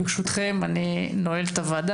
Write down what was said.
ברשותכם אני נועל את הוועדה